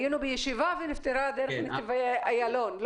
היינו בישיבה ונפתרה דרך נתיבי איילון,